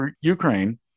Ukraine